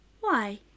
Why